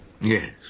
Yes